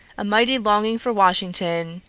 a mighty longing for washington,